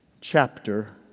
chapter